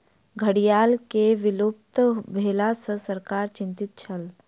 घड़ियाल के विलुप्त भेला सॅ सरकार चिंतित छल